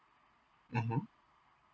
mm mm